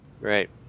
right